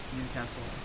Newcastle